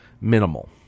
minimal